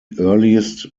earliest